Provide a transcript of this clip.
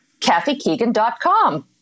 kathykeegan.com